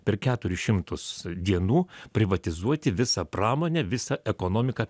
per keturis šimtus dienų privatizuoti visą pramonę visą ekonomiką